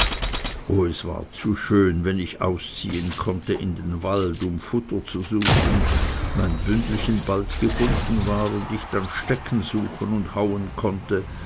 es war zu schön wenn ich ausziehen konnte in den wald um futter zu suchen mein bündelchen bald gefunden war und ich dann stecken suchen und hauen konnte